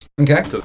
Okay